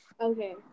Okay